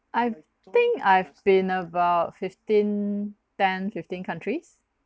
I think I've been about fifteen ten fifteen countries